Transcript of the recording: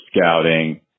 scouting